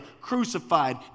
crucified